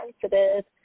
sensitive